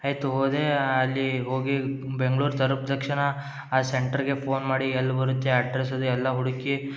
ಆಯಿತು ಹೋದೇ ಅಲ್ಲಿ ಹೋಗಿ ಬೆಂಗ್ಳೂರು ತಲುಪ್ದ ತಕ್ಷಣ ಆ ಸೆಂಟ್ರ್ಗೆ ಫೋನ್ ಮಾಡಿ ಎಲ್ಲಿ ಬರುತ್ತೆ ಅಡ್ರೆಸ್ ಅದ್ ಎಲ್ಲ ಹುಡುಕಿ